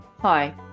Hi